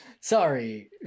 Sorry